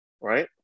right